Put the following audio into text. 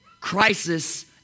crisis